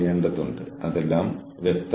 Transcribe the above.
അതിനാൽ ആ ബന്ധവും വളരെ ശക്തമാണ്